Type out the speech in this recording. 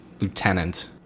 lieutenant